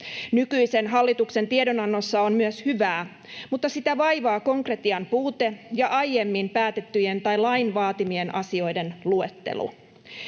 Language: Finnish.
Nykyisen hallituksen tiedonannossa on myös hyvää, mutta sitä vaivaa konkretian puute ja aiemmin päätettyjen tai lain vaatimien asioiden luettelu.